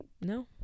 No